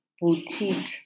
boutique